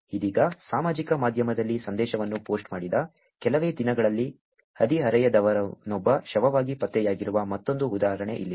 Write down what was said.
ಇದೀಗ ಸಾಮಾಜಿಕ ಮಾಧ್ಯಮದಲ್ಲಿ ಸಂದೇಶವನ್ನು ಪೋಸ್ಟ್ ಮಾಡಿದ ಕೆಲವೇ ದಿನಗಳಲ್ಲಿ ಹದಿಹರೆಯದವನೊಬ್ಬ ಶವವಾಗಿ ಪತ್ತೆಯಾಗಿರುವ ಮತ್ತೊಂದು ಉದಾಹರಣೆ ಇಲ್ಲಿದೆ